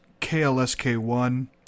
klsk1